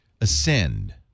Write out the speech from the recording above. ascend